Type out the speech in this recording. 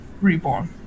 reborn